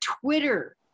Twitter